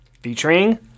Featuring